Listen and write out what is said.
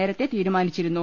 നേരത്തെ തീരുമാന്ദിച്ചിരുന്നു